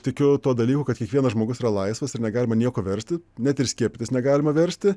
tikiu tuo dalyku kad kiekvienas žmogus yra laisvas ir negalima nieko versti net ir skiepytis negalima versti